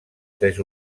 tres